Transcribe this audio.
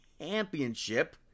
Championship